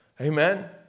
Amen